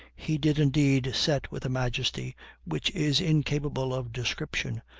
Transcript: he did indeed set with a majesty which is incapable of description,